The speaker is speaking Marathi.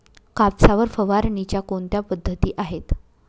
कापसावर फवारणीच्या कोणत्या पद्धती आहेत?